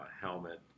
helmet